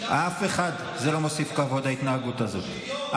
לאף אחד זה לא מוסיף כבוד ההתנהגות הזאת.